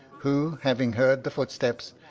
who, having heard the footsteps,